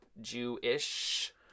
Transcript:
Jewish